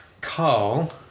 Carl